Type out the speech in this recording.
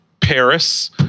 Paris